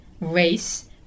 race